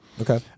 Okay